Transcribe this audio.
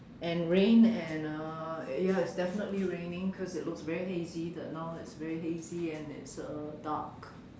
and rain and uh ya it's definitely raining cause it looks very hazy the now it's very hazy and it's uh dark